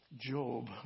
Job